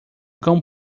cão